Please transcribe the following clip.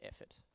effort